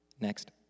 Next